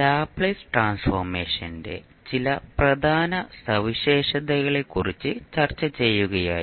Laplace ട്രാൻസ്ഫോർമേഷന്റെ ചില പ്രധാന സവിശേഷതകളെക്കുറിച്ച് ചർച്ച ചെയ്യുകയായിരുന്നു